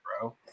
bro